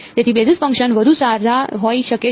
તેથી બેસિસ ફંક્શનો વધુ સારા હોઈ શકે છે